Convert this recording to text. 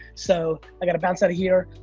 so i gotta bounce outta here.